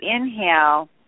inhale